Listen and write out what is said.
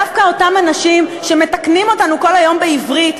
דווקא אותם אנשים שמתקנים אותנו כל היום בעברית,